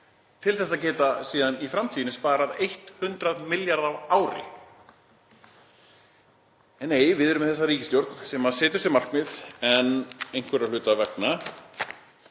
til að geta síðan í framtíðinni sparað 100 milljarða á ári. En nei, við erum með þessa ríkisstjórn sem setur sér markmið en einhverra hluta vegna